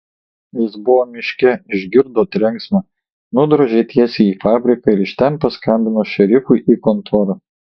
jis buvo miške išgirdo trenksmą nudrožė tiesiai į fabriką ir iš ten paskambino šerifui į kontorą